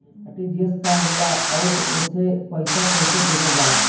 RTGS का होला आउरओ से पईसा कइसे भेजल जला?